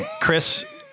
Chris